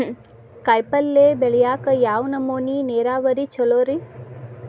ಕಾಯಿಪಲ್ಯ ಬೆಳಿಯಾಕ ಯಾವ್ ನಮೂನಿ ನೇರಾವರಿ ಛಲೋ ರಿ?